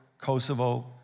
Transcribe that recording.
Kosovo